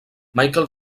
michael